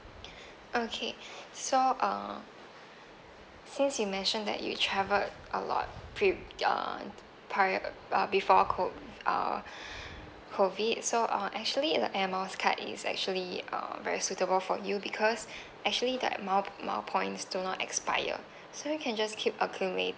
okay so uh since you mention that you travel a lot trip uh prior uh before COVID uh COVID so uh actually the air miles card is actually uh very suitable for you because actually the airmiles miles points do not expire so you can just keep accumula~